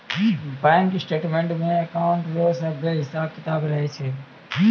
bank statements मे account रो सभे हिसाब किताब रहै छै